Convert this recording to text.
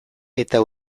eta